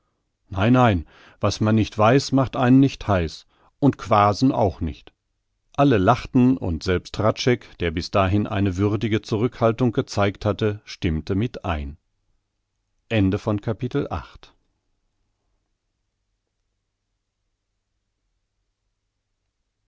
nein nein was man nicht weiß macht einen nicht heiß und quaasen auch nicht alle lachten und selbst hradscheck der bis dahin eine würdige zurückhaltung gezeigt hatte stimmte mit ein